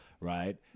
right